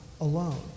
alone